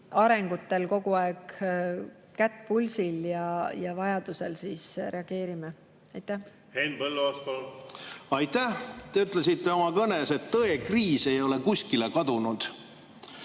arengutel kogu aeg kätt pulsil ja vajadusel reageerime. Henn Põlluaas, palun! Aitäh! Te ütlesite oma kõnes, et tõekriis ei ole kuskile kadunud.